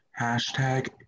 Hashtag